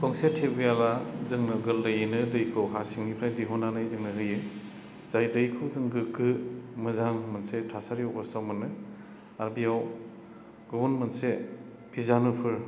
गंसे टिउबवेलआ जोंनो गोरलैयैनो दैखौ हासिंनिफ्राय दिहुननानै जोंनो होयो जाय दैखौ जों गोग्गो मोजां मोनसे थासारि अबस्थायाव मोनो आरो बेयाव गुबुन मोनसे बिजानुफोर